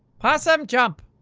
possum jump!